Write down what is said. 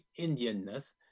Indianness